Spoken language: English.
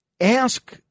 ask